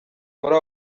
muri